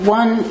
one